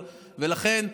ולכן,